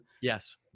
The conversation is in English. Yes